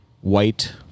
white